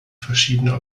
verschiedene